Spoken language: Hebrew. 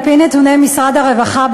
על-פי נתוני משרד הרווחה,